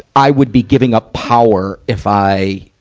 i would be giving up power if i